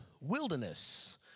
Wilderness